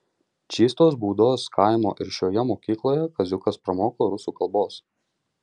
čystos būdos kaimo ir šioje mokykloje kaziukas pramoko rusų kalbos